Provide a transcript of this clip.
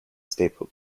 staple